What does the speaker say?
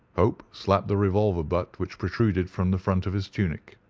hope slapped the revolver butt which protruded from the front of his tunic.